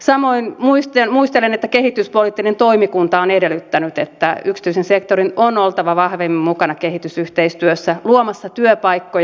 samoin muistelen että kehityspoliittinen toimikunta on edellyttänyt että yksityisen sektorin on oltava vahvemmin mukana kehitysyhteistyössä luomassa työpaikkoja